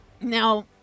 Now